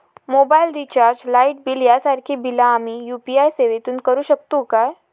Mobile recharge, light bill यांसारखी बिला आम्ही यू.पी.आय सेवेतून करू शकतू काय?